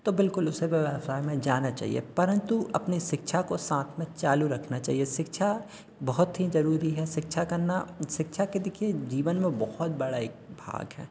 तो बिलकुल उसे व्यवसाय में जाना चाहिए परन्तु अपने शिक्षा को साथ में चालू रखना चाहिए शिक्षा बहुत ही जरूरी है शिक्षा करना शिक्षा के देखिए जीवन में बहुत बड़ा एक भाग है